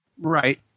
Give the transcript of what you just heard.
right